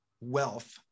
wealth